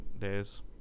days